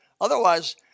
otherwise